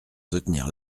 soutenir